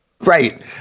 Right